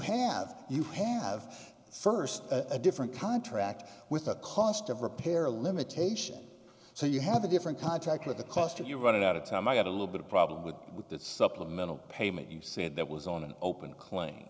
have you have st a different contract with a cost of repair limitation so you have a different contract with the cost if you're running out of time i got a little bit of problem with with that supplemental payment you said that was on an open cl